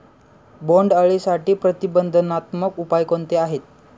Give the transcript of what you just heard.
बोंडअळीसाठी प्रतिबंधात्मक उपाय कोणते आहेत?